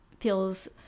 feels